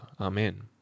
Amen